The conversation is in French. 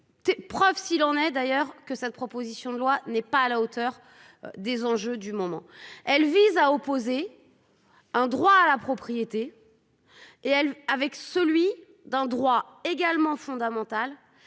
Preuve s'il en est d'ailleurs que cette proposition de loi n'est pas à la hauteur des enjeux du moment. Elle vise à opposer. Un droit à la propriété. Et elle avec celui d'droit également fondamental